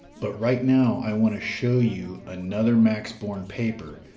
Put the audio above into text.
but right now, i want to show you another max born paper.